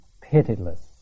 pitiless